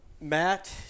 Matt